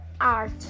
art